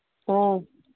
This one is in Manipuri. ꯑꯣ